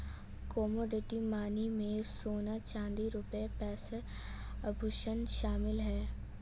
commodity money में सोना चांदी रुपया पैसा आभुषण शामिल है